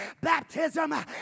baptism